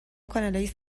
کانالهای